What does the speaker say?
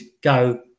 go